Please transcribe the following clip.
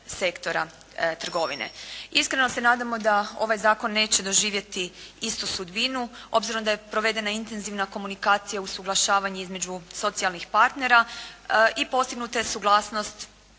sektora trgovine. Iskreno se nadamo da ovaj Zakon neće doživjeti istu sudbinu, obzirom da je provedena intenzivna komunikacija, usuglašavanje između socijalnih partnera i postignuta je suglasnost